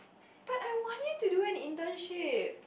but I want you to do any internship